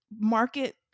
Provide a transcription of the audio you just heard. market